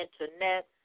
Internet